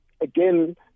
again